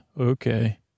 Okay